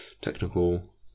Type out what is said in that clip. technical